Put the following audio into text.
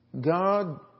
God